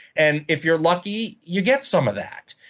and if you're lucky, you get some of that.